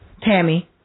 tammy